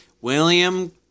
William